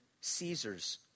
Caesar's